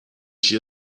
she